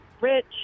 rich